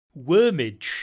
Wormage